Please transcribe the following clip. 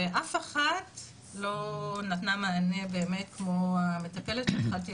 ואף אחת לא נתנה מענה באמת כמו המטפלת הזאת.